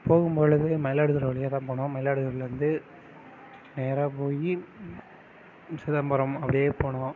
போகும் பொழுது மயிலாடுதுறை வழியாக தான் போனோம் மயிலாடுதுறைலருந்து நேராக போய் சிதம்பரம் அப்படியே போனோம்